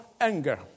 anger